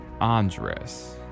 Andres